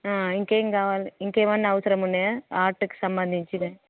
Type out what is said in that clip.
ఇంకా ఏమి కావాలి ఇంకా ఏమన్న అవసరం ఉన్నాయా ఆర్ట్కి సంబంధించిన